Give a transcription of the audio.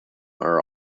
are